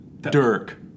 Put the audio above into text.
Dirk